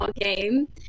game